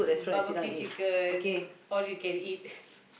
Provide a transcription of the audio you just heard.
barbecue chicken all you can eat